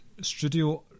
studio